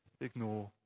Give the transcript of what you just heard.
ignore